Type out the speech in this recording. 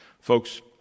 Folks